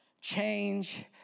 change